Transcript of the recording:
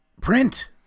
Print